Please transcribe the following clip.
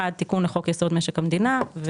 אחד זה תיקון לחוק-יסוד: משק המדינה ואחד